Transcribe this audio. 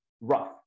rough